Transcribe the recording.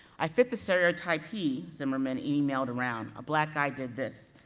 i fit the stereotype he, zimmerman, emailed around, a black guy did this,